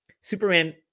Superman